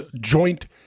joint